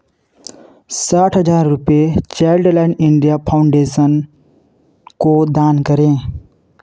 साठ हज़ार रुपये चाइल्ड लाइन इंडिया फाउंडेसन को दान करें